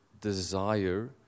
desire